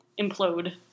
implode